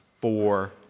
four